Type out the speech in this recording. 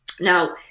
Now